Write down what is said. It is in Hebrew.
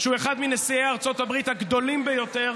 שהוא אחד מנשיא ארצות הברית הגדולים ביותר.